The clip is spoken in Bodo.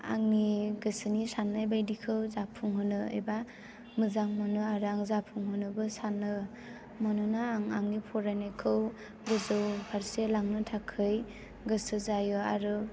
आंनि गोसोनि साननाय बायदिखौ जाफुंहोनो एबा मोजां मोनो आरो आं जाफुं होनोबो सानो आं आंनि फरायनायखौ गोजौ फारसे लांनो थाखाय गोसो जायो आरो